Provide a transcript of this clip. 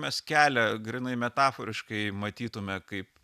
mes kelią grynai metaforiškai matytume kaip